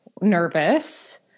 nervous